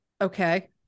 Okay